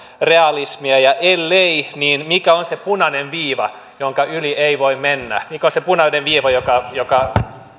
realismia ja ellei niin mikä on se punainen viiva jonka yli ei voi mennä mikä on se punainen viiva joka joka